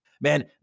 man